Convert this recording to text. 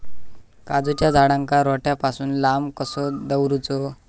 काजूच्या झाडांका रोट्या पासून लांब कसो दवरूचो?